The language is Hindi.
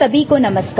सभी को नमस्कार